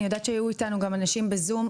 אני יודעת שהיו איתנו גם אנשים בזום,